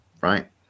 right